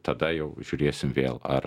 tada jau žiūrėsim vėl ar